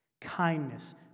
kindness